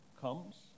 comes